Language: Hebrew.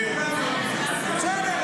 כולם יודעים --- בסדר,